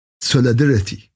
solidarity